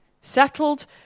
Settled